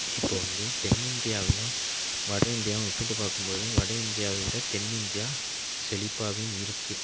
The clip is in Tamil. இப்போ வந்து தென் இந்தியாவையும் வடஇந்தியாவும் ஒப்பிட்டு பார்க்கும் போது வடஇந்தியாவை விட தென் இந்தியா செழிப்பாகவே இருக்குத்